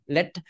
Let